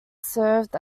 served